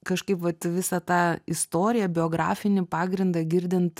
kažkaip vat visą tą istoriją biografinį pagrindą girdint